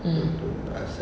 mm